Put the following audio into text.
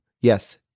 yes